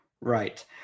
Right